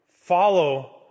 follow